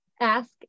ask